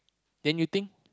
then you think